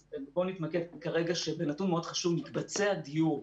אז בואו נתמקד כרגע בנתון מאוד חשוב: מקבצי הדיור.